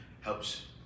helps